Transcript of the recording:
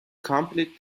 complete